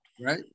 Right